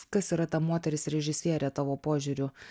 kas yra ta moteris režisierė tavo požiūriu